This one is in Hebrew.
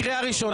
קריאה ראשונה.